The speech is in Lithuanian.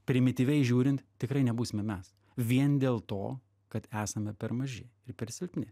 primityviai žiūrint tikrai nebusime mes vien dėl to kad esame per maži ir per silpni